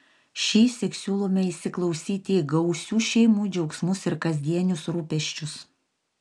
šįsyk siūlome įsiklausyti į gausių šeimų džiaugsmus ir kasdienius rūpesčius